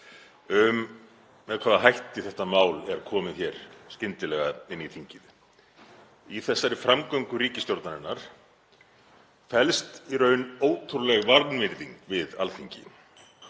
við með hvaða hætti þetta mál er komið hér skyndilega inn í þingið. Í þessari framgöngu ríkisstjórnarinnar felst í raun ótrúleg vanvirðing við Alþingi.